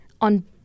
on